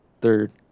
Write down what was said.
Third